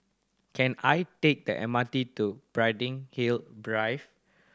can I take the M R T to Hill Drive